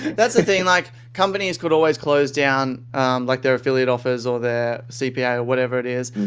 that's the thing, like companies could always close down like their affiliate offers or their cpa or whatever it is.